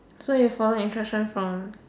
so you follow instruction from